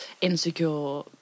insecure